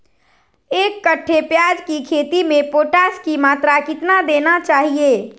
एक कट्टे प्याज की खेती में पोटास की मात्रा कितना देना चाहिए?